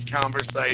conversation